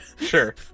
Sure